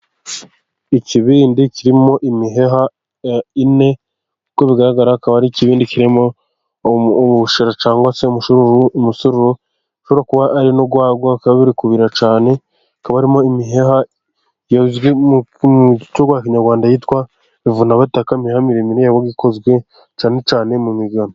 Ikibindi kirimo imiheha ine, nkuko bigaragara akaba ari ikibindi kirimo ubushera cyangwa umusururu, ushobora kuba ari n'ugwagwa akaba kiri kubira cyane, akaba harimo imiheha izwi ku izina rya kinyarwanda yitwa ruvunatakaka, imiheha mini ikozwe cyane cyane mu migano.